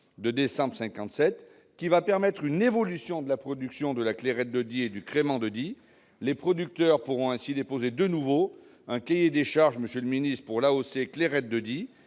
de décembre 1957, qui va permettre une évolution de la production de la Clairette de Die et du Crémant de Die. Les producteurs pourront ainsi déposer de nouveau un cahier des charges pour l'AOC Clairette de Die